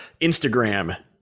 Instagram